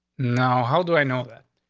now, how do i know that?